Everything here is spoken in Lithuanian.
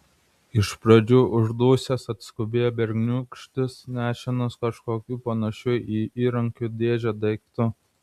iš pradžių uždusęs atskubėjo berniūkštis nešinas kažkokiu panašiu į įrankių dėžę daiktu